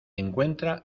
encuentra